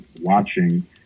watching